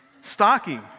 stocking